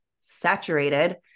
saturated